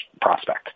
prospect